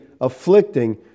afflicting